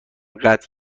قطع